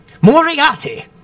Moriarty